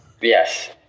Yes